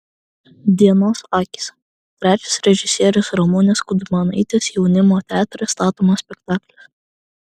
dienos akys trečias režisierės ramunės kudzmanaitės jaunimo teatre statomas spektaklis